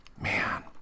Man